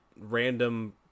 random